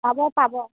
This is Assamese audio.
পাব পাব